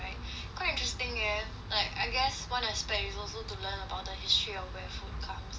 quite interesting eh like I guess one aspect is also to learn about the history of where food comes I hope that